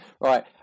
Right